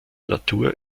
natur